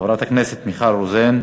חברת הכנסת מיכל רוזין.